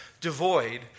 Devoid